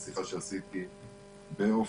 בשיחה שעשיתי ב"אופק",